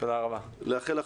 תודה רבה.